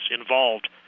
involved